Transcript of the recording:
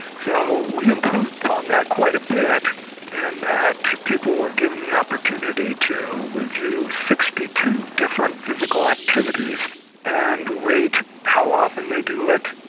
so we improved upon that quite a bit in that people were given the opportunity to review sixty two different physical activities and rate how often they do it,